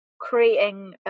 creating